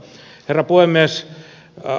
herra puhemies